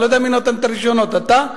אני לא יודע מי נתן את הרשיונות, אתה?